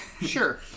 Sure